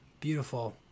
Beautiful